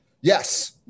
yes